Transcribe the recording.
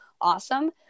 awesome